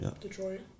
Detroit